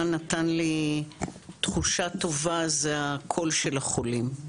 נתן לי תחושה טובה זה הקול של החולים.